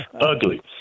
Ugly